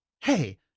Hey